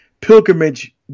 pilgrimage